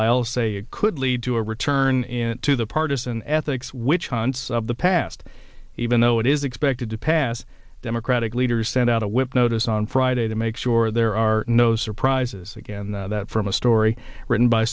aisle say it could lead to a return to the partisan ethics which hans the past even though it is expected to pass democratic leaders sent out a whip notice on friday to make sure there are no surprises again that from a story written by